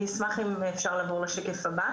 בשקף הבא